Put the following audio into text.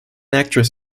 actress